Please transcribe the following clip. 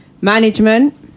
management